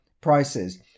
prices